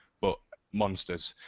but monsters.